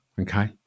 Okay